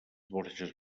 borges